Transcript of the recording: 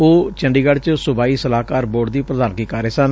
ਉਹ ਚੰਡੀਗੜ ਚ ਸੁਬਾਈ ਸਲਾਹਕਾਰ ਬੋਰਡ ਦੀ ਪ੍ਰਧਾਨਗੀ ਕਰ ਰਹੇ ਸਨ